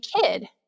kid